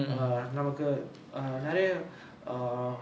err நமக்கு நறைய:namakku naraiya err